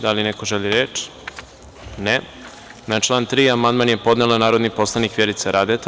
Da li neko želi reč? (Ne) Na član 3. amandman je podnela narodni poslanik Vjerica Radeta.